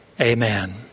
amen